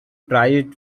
prized